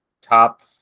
top